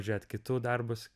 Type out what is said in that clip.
žiūrėt kitų darbus